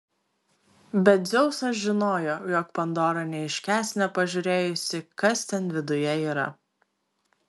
bet dzeusas žinojo jog pandora neiškęs nepažiūrėjusi kas ten viduje yra